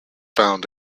found